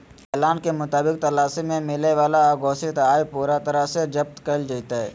ऐलान के मुताबिक तलाशी में मिलय वाला अघोषित आय पूरा तरह से जब्त कइल जयतय